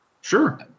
Sure